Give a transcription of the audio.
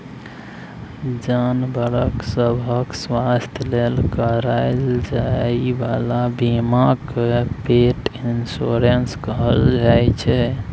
जानबर सभक स्वास्थ्य लेल कराएल जाइ बला बीमा केँ पेट इन्स्योरेन्स कहल जाइ छै